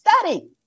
study